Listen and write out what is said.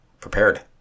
prepared